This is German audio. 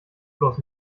bloß